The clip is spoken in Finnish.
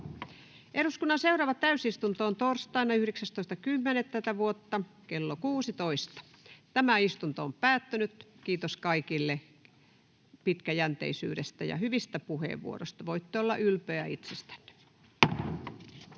6 - Seuraava täysistunto Time: N/A Content: Tämä istunto on päättynyt. Kiitos kaikille pitkäjänteisyydestä ja hyvistä puheenvuoroista — voitte olla ylpeitä itsestänne.